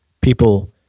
people